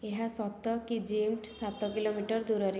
ଏହା ସତ କି ଜିମ୍ଟି ସାତ କିଲୋମିଟର ଦୂରରେ